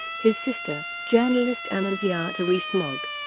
his sister, journalist annunziata rees-mogg,